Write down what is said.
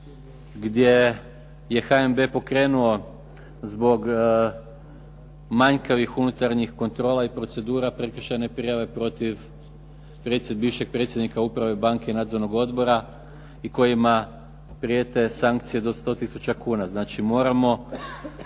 gdje je HNB pokrenuo zbog manjkavih unutarnjih kontrola i procedura prekršajne prijave protiv bivšeg predsjednika uprave banke i nadzornog odbora i kojima prijete sankcije do 100 tisuća kuna. Znači moramo